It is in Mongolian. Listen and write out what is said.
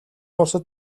улсад